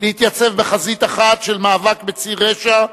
להתייצב בחזית אחת של מאבק בציר הרשע,